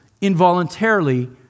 involuntarily